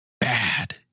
bad